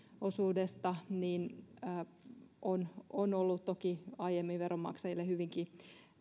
osuudesta on on ollut toki aiemmin veronmaksajille hyvinkin